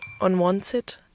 unwanted